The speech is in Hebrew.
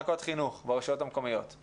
זה חלק חשוב מתוך ההוויה החינוכית של מדינת ישראל.